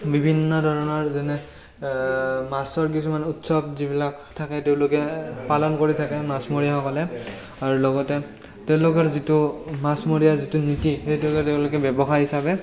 বিভিন্ন ধৰণৰ যেনে মাছৰ কিছুমান উৎসৱ যিবিলাক থাকে তেওঁলোকে পালন কৰি থাকে মাছমৰীয়সকলে আৰু লগতে তেওঁলোকৰ যিটো মাছমৰীয়া যিটো নীতি সেইটোকে তেওঁলোকে ব্যৱসায় হিচাপে